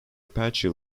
apache